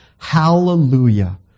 Hallelujah